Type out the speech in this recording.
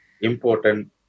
important